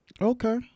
Okay